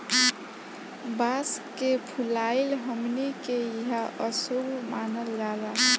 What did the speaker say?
बांस के फुलाइल हमनी के इहां अशुभ मानल जाला